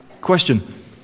question